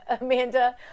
Amanda